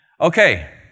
Okay